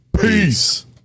Peace